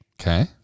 Okay